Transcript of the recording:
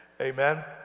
Amen